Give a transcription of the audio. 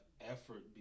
effort